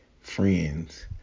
friends